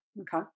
Okay